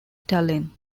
tallinn